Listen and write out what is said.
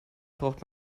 braucht